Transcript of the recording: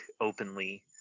openly